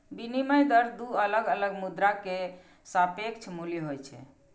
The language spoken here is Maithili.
विनिमय दर दू अलग अलग मुद्रा के सापेक्ष मूल्य होइ छै